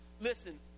Listen